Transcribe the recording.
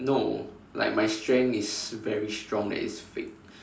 no like my strength is very strong that is fake